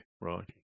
right